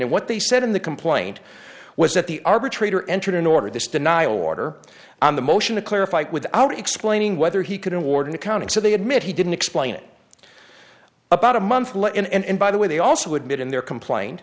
and what they said in the complaint was that the arbitrator entered an order this denial order on the motion to clarify without explaining whether he couldn't ward an accounting so they admit he didn't explain it about a month let in and by the way they also admit in their complained